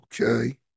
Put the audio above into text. Okay